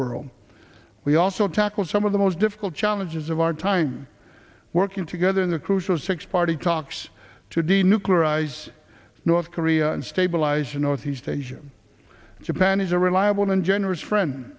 world we also tackled some of the most difficult challenges of our time working together in the crucial six party talks to denuclearize north korea and stabilize northeast asia japan is a reliable and generous friend